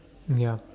yup